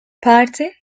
parti